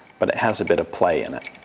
but it has a bit of play in it.